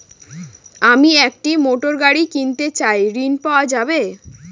আমি একটি মোটরগাড়ি কিনতে চাই ঝণ পাওয়া যাবে?